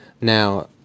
Now